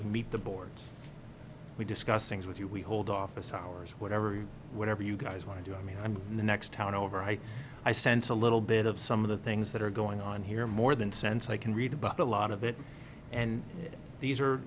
we meet the board we discuss things with you we hold office hours whatever you whatever you guys want to do i mean i'm in the next town over i i sense a little bit of some of the things that are going on here more than sense i can read about a lot of it and these are